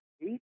eight